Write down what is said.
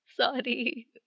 Sorry